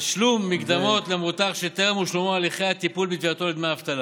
תשלום מקדמות למבוטח שטרם הושלמו הליכי הטיפול בתביעתו לדמי אבטלה,